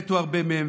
מתו הרבה מהם.